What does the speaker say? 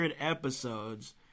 episodes